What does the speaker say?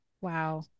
Wow